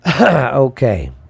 Okay